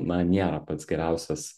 na niera pats geriausias